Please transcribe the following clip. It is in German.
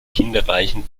kinderreichen